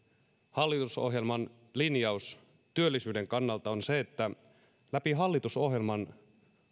hallitusohjelman linjaus työllisyyden kannalta on se että läpi hallitusohjelman